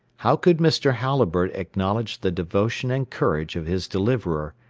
how could mr. halliburtt acknowledge the devotion and courage of his deliverer,